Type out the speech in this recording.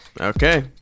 Okay